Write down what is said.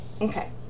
Okay